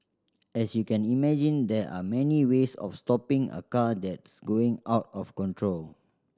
as you can imagine there are many ways of stopping a car that's going out of control